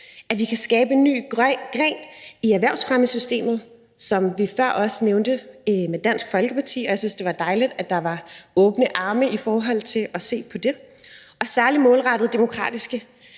om vi kan skabe en ny gren i erhvervsfremmesystem, som vi også før nævnte sammen med Dansk Folkeparti. Jeg synes, det var dejligt, at der var åbne arme i forhold til at se på det, altså at vi kan